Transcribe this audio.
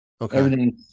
Okay